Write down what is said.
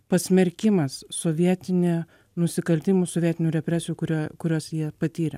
pasmerkimas sovietinė nusikaltimų sovietinių represijų kurie kuriuos jie patyrė